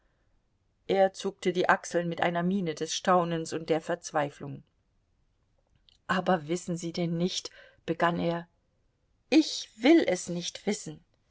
er zuckte die achseln mit einer miene des staunens und der verzweiflung aber wissen sie denn nicht begann er ich will es nicht wissen